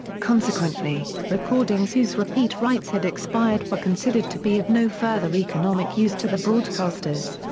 consequently, recordings whose repeat rights had expired were considered to be of no further economic use to the broadcasters.